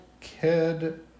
kid